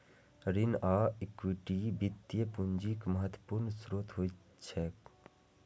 ऋण आ इक्विटी वित्तीय पूंजीक महत्वपूर्ण स्रोत होइत छैक